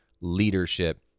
leadership